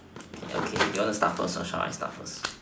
okay do you want to start first or shall I start first